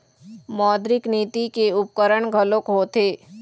मौद्रिक नीति के उपकरन घलोक होथे